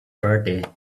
birthday